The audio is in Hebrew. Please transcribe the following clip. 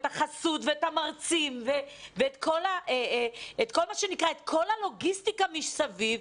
את החסות ואת המרצים ואת כל הלוגיסטיקה מסביב,